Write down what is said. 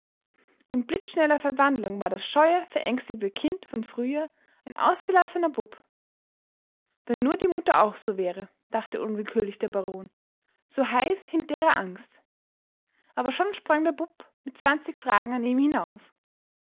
in blitzschneller verwandlung war das scheue verängstigte kind von früher ein ausgelassener bub wenn nur die mutter auch so wäre dachte unwillkürlich der baron so heiß hinter ihrer angst aber schon sprang der bub mit zwanzig fragen an ihm hinauf